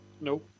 No